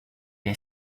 est